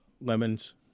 Lemons